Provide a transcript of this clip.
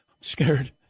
scared